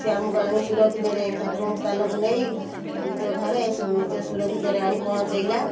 ସିଏ ଆମକୁ ଆଣି ସୁରକ୍ଷିତରେ ଠାକୁରଙ୍କ ସ୍ଥାନକୁ ନେଇ ନିଜ ଘରେ ନିଜ ସୁରକ୍ଷିତରେ ଆଣି ପହଞ୍ଚାଇଲା